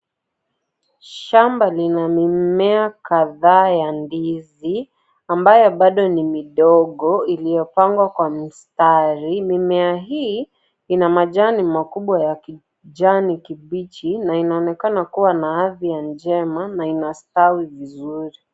Shamba lina mimea kadhaa ya ndizi, ambayo bado ni midogo, iliyopangwa kwa mistari. Mimea hii ina majani makubwa ya kijani kibichi na inaonekana kuwa na afya njema na inastawi vizuri.